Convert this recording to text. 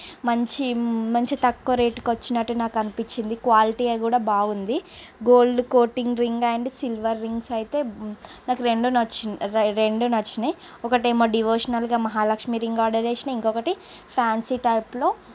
మంచి మంచి తక్కువ రేటుకువచ్చినట్టు నాకు అనిపించింది క్వాలిటీ అది కూడా బాగుంది gold coating ring and silver rings అయితే నాకు రెండు నచ్చి రెండు నచ్చినాయి ఒకటి ఏమో డివోషనల్గా మహాలక్ష్మి రింగ్ ఆర్డర్ చేసిన ఇంకొకటి ఫ్యాన్సీ టైప్లో